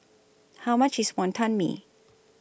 How much IS Wonton Mee